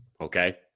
okay